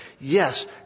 Yes